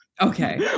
Okay